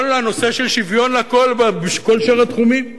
הנושא של שוויון לכול בכל שאר התחומים.